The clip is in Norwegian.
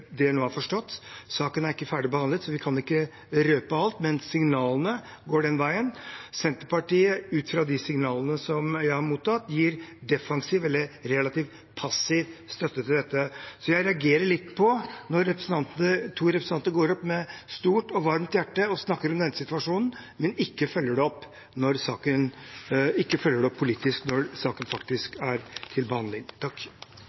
det nå er forstått. Saken er ikke ferdigbehandlet, så vi kan ikke røpe alt, men signalene går den veien. Senterpartiet, ut fra de signalene som jeg har mottatt, gir defensiv eller relativt passiv støtte til dette. Så jeg reagerer litt når to representanter med stort og varmt hjerte går opp og snakker om denne situasjonen, men ikke følger det opp politisk, når saken